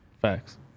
Facts